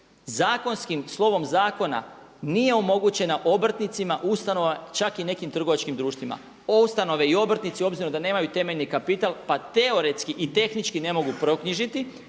zakonskim, slovom zakona nije omogućena obrtnicima, ustanovama čak i nekim trgovačkim društvima. Ustanove i obrtnici obzirom da nemaju temeljni kapital pa teoretski i tehnički ne mogu proknjižiti